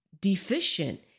deficient